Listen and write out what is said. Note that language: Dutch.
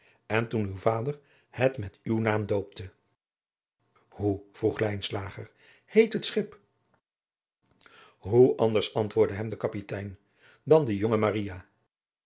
en toen uw vader het met uw naam doopte hoe vroeg lijnslager heet het schip hoe anders antwoordde hem de kapitein dan de jonge